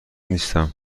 نیستم